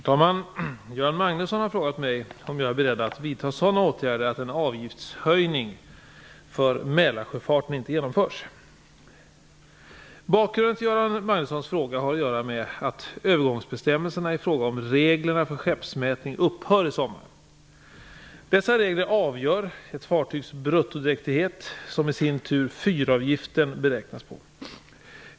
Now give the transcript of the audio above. Herr talman! Göran Magnusson har frågat mig om jag är beredd att vidta sådana åtgärder att en avgiftshöjning för Mälarsjöfarten inte genomförs. Bakgrunden till Göran Magnussons fråga har att göra med att övergångsbestämmelserna i fråga om reglerna för skeppsmätning upphör i sommar. Dessa regler avgör ett fartygs bruttodräktighet som i sin tur fyravgiften beräknas på.